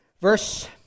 Verse